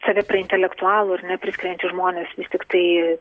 save prie intelektualų ar ne priskiriantys žmonės vis tiktai